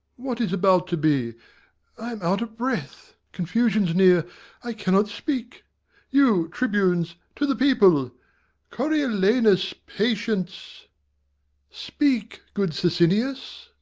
what is about to be i am out of breath confusion's near i cannot speak you tribunes to the people coriolanus, patience speak, good sicinius.